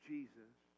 Jesus